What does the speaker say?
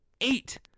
eight